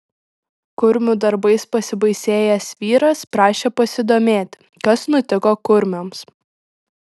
kurmių darbais pasibaisėjęs vyras prašė pasidomėti kas nutiko kurmiams